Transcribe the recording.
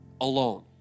alone